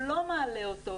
הוא לא מעלה אותן,